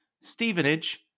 Stevenage